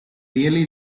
really